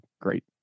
great